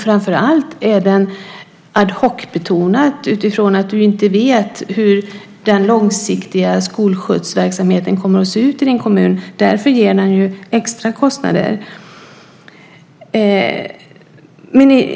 Framför allt är den ad hoc betonad eftersom du inte vet hur den långsiktiga skolskjutsverksamheten kommer att se ut i din kommun. Därför ger den extra kostnader.